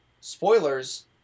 spoilers